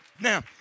Now